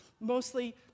mostly